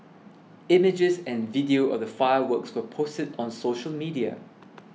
images and video of the fireworks were posted on social media